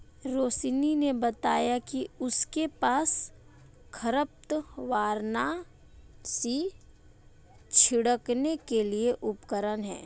रोशिनी ने बताया कि उसके पास खरपतवारनाशी छिड़कने के लिए उपकरण है